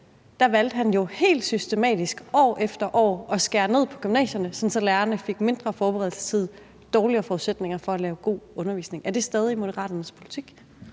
valgte han jo helt systematisk år efter år at skære ned på gymnasierne, sådan at lærerne fik mindre forberedelsestid og dårligere forudsætninger for at lave god undervisning. Er det stadig Moderaternes politik?